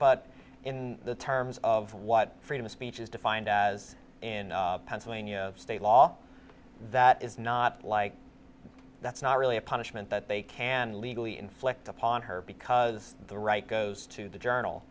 but in the terms of what freedom of speech is defined as in pennsylvania state law that is not like that's not really a punishment that they can legally inflict upon her because the right goes to the journal